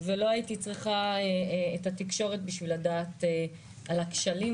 ולא הייתי צריכה את התקשורת בשביל לדעת על הכשלים